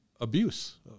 abuse